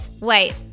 Wait